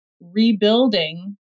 rebuilding